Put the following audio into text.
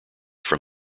from